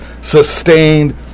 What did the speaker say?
sustained